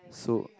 so